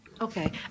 Okay